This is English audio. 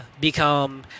become